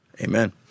Amen